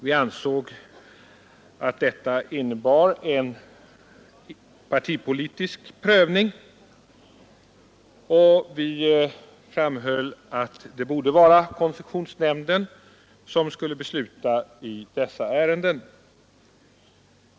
Vi ansåg att detta innebar en partipolitisk prövning, och vi framhöll att det borde vara koncessionsnämnden som skulle besluta i dessa ärenden.